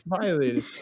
violated